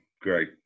great